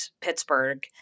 Pittsburgh